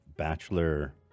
Bachelor